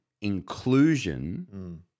inclusion